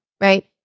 right